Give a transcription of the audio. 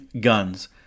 guns